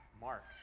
Mark